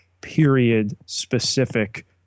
period-specific